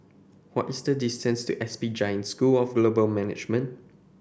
what is the distance to S P Jain School of Global Management